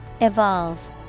Evolve